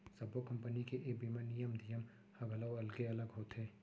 सब्बो कंपनी के ए बीमा नियम धियम ह घलौ अलगे अलग होथे